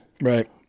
right